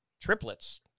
triplets